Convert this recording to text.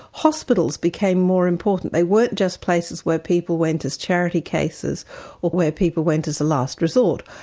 hospitals became more important. they weren't just places where people went as charity cases, or where people went as a last resort.